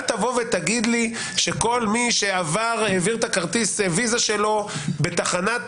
תגיד לי שכל מי שהעביר את כרטיס הוויזה שלו בתחנת